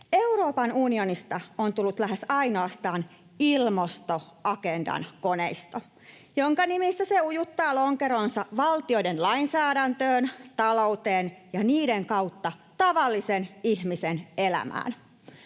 Euroopan unionista on tullut lähes ainoastaan ilmastoagendan koneisto, jonka nimissä se ujuttaa lonkeronsa valtioiden lainsäädäntöön, talouteen ja niiden kautta tavallisen ihmisen elämään.